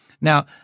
Now